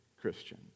Christian